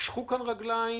משכו רגליים,